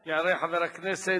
תעלה חברת הכנסת